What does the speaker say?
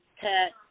tax